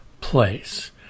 place